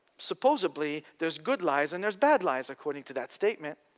supposedly, there's good lies and there's bad lies according to that statement.